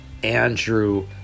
Andrew